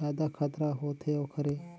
जादा खतरा होथे ओखरे